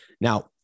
Now